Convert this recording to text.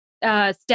Step